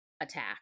attack